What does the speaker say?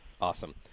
Awesome